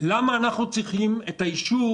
למה צריך את האישור